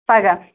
پَگاہ